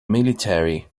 military